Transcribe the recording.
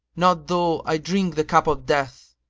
not though i drink the cup of death!